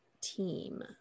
team